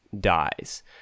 dies